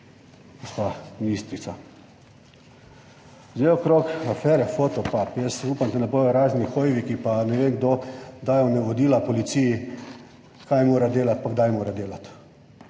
ministrica. Sedaj okrog afere Fotopub. Jaz upam, da ne bodo razni Hoiviki, ki pa ne vem kdo dajal navodila policiji kaj mora delati pa kdaj mora delati.